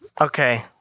Okay